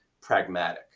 pragmatic